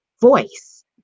voice